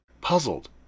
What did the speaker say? Puzzled